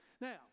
Now